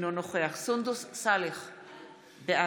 אינו